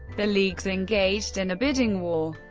the leagues engaged in a bidding war.